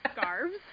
scarves